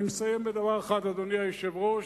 אני מסיים בדבר אחד, אדוני היושב-ראש.